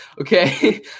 Okay